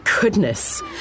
Goodness